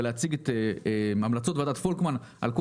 ולהציג את המלצות ועדת פולקמן על כל